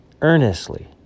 earnestly